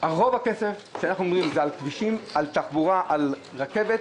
רוב הכסף הולך על כבישים, על תחבורה, על רכבת.